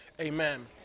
amen